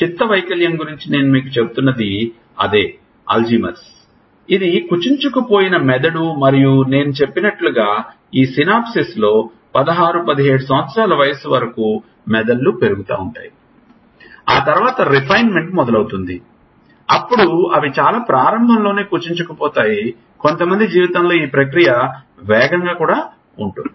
చిత్తవైకల్యం గురించి నేను మీకు చెబుతున్నది అదే అల్జీమర్స్ ఇది కుంచించుకుపోయిన మెదడు మరియు నేను చెప్పినట్లుగా ఈ సినాప్సిస్లో 16 17 సంవత్సరాల వయస్సు వరకు మెదళ్ళు పెరుగుతాయి ఆ తర్వాత రిఫైన్మెంట్ మొదలవుతుంది అప్పుడు అవి చాలా ప్రారంభంలోనే కుంచించుకుపోతాయి కొంతమంది జీవితంలో ఈ ప్రక్రియ వేగంగా ఉంటుంది